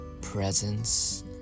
presence